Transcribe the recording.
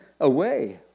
away